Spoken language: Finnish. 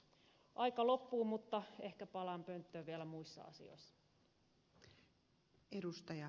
aika loppuu mutta ehkä palaan pönttöön vielä muissa asioissa